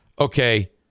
Okay